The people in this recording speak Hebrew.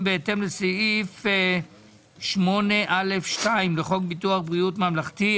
בהתאם לסעיף 8(א2) לחוק ביטוח בריאות ממלכתי,